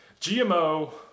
GMO